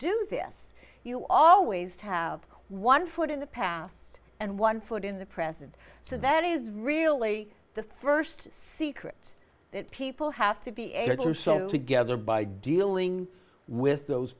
do this you always have one foot in the past and one foot in the present so that is really the first secret that people have to be able to sew together by dealing with those